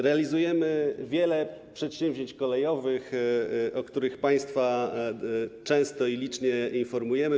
Realizujemy wiele przedsięwzięć kolejowych, o których państwa często i licznie informujemy.